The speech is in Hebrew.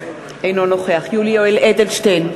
אינו נוכח יולי יואל אדלשטיין,